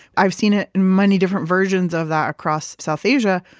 i've seen it in many different versions of that across south asia,